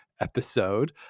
episode